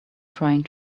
trying